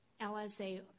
LSA